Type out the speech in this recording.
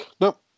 Nope